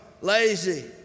lazy